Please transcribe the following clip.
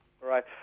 Right